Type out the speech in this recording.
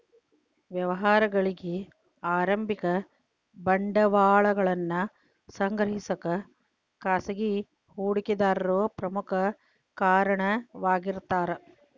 ವ್ಯವಹಾರಗಳಿಗಿ ಆರಂಭಿಕ ಬಂಡವಾಳವನ್ನ ಸಂಗ್ರಹಿಸಕ ಖಾಸಗಿ ಹೂಡಿಕೆದಾರರು ಪ್ರಮುಖ ಕಾರಣವಾಗಿರ್ತಾರ